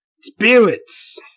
spirits